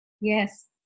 yes